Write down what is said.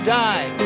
die